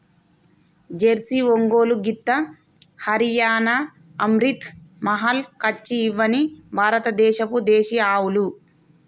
Jersey, Ongole గిత్త, హరియాణా, అమ్రిత్ మహల్, కచ్చి ఇవ్వని భారత దేశపు దేశీయ ఆవులు